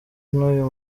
n’uyu